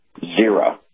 zero